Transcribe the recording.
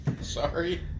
Sorry